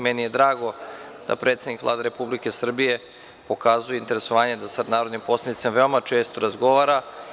Meni je drago da predsednik Vlade Republike Srbije pokazuje interesovanje da sa narodnim poslanicima veoma često razgovara.